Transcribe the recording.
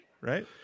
Right